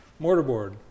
mortarboard